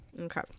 Okay